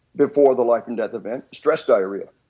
before the life and death event. stress diarrhea,